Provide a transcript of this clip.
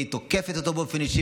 והיא תוקפת אותו באופן אישי,